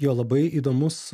jo labai įdomus